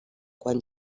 quan